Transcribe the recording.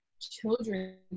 children